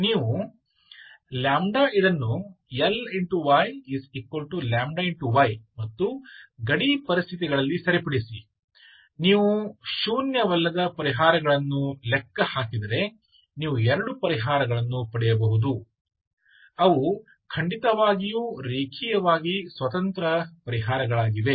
ನೀವು ಇದನ್ನು Ly λy ಮತ್ತು ಗಡಿ ಪರಿಸ್ಥಿತಿಗಳಲ್ಲಿ ಸರಿಪಡಿಸಿ ನೀವು ಶೂನ್ಯವಲ್ಲದ ಪರಿಹಾರಗಳನ್ನು ಲೆಕ್ಕ ಹಾಕಿದರೆ ನೀವು ಎರಡು ಪರಿಹಾರಗಳನ್ನು ಪಡೆಯಬಹುದು ಅವು ಖಂಡಿತವಾಗಿಯೂ ರೇಖೀಯವಾಗಿ ಸ್ವತಂತ್ರ ಪರಿಹಾರಗಳಾಗಿವೆ